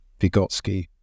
Vygotsky